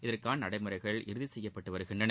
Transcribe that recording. இதற்கான நடைமுறைகள் இறுதிசெய்யப்பட்டு வருகின்றன